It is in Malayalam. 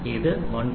ഇത് 1